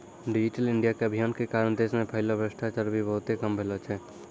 digital India अभियान के कारण देश मे फैल्लो भ्रष्टाचार भी बहुते कम भेलो छै